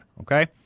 okay